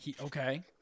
Okay